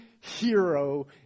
hero